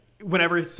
whenever